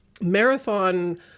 marathon